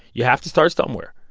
you have to start somewhere.